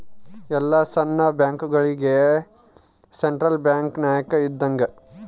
ಎಲ್ಲ ಸಣ್ಣ ಬ್ಯಾಂಕ್ಗಳುಗೆ ಸೆಂಟ್ರಲ್ ಬ್ಯಾಂಕ್ ನಾಯಕ ಇದ್ದಂಗೆ